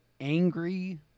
angry